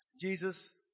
Jesus